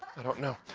i don't know.